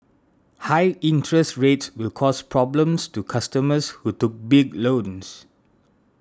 high interest rates will cause problems to customers who took big loans